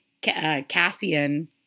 Cassian